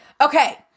Okay